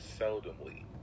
seldomly